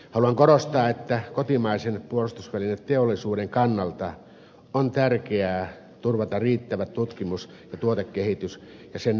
haluan korostaa että kotimaisen puolustusvälineteollisuuden kannalta on tärkeää turvata riittävä tutkimus ja tuotekehitys ja sen resurssit